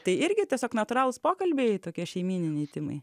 tai irgi tiesiog natūralūs pokalbiai tokie šeimyniniai timai